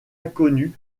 inconnu